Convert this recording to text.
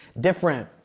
different